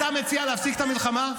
אתה מציע להפסיק את המלחמה?